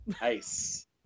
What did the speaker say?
Nice